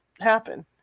happen